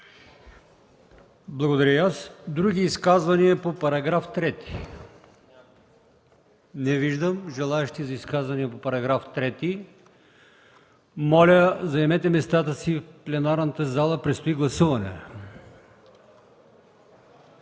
Благодаря и аз. Други изказвания по § 3? Не виждам желаещи за изказвания по § 3. Моля, заемете местата си в пленарната зала – предстои гласуване.